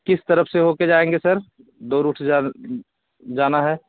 किस तरफ़ से होकर जाएँगे सर दो रूट से जा जाना है